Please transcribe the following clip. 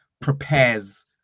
prepares